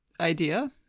idea